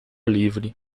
livre